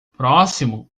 próximo